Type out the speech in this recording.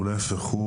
להיפך,